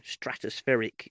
stratospheric